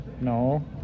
No